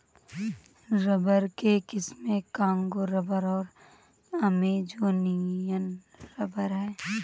rubber की किस्में Congo rubber और अमेजोनियन रबर हैं